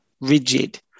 rigid